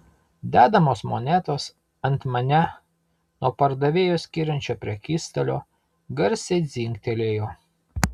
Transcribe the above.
dedamos monetos ant mane nuo pardavėjo skiriančio prekystalio garsiai dzingtelėjo